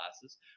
classes